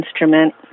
instrument